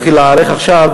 צריך להתחיל להיערך עכשיו,